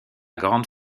grande